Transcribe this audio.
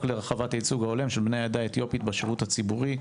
להרחבת הייצוג ההולם של בני העדה האתיופית בשירות הציבורי,